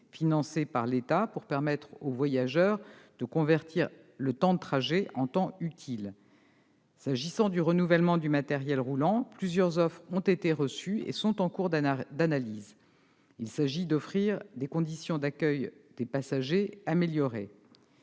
financé par l'État, pour permettre aux voyageurs de convertir le temps de trajet en temps utile. S'agissant du renouvellement du matériel roulant, plusieurs offres ont été reçues et sont en cours d'analyse. Il s'agit d'offrir aux passagers des conditions d'accueil améliorées.